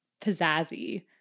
pizzazzy